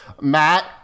matt